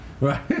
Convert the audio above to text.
Right